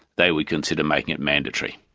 they would consider making it mandatory.